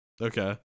Okay